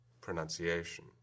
pronunciation